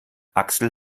axel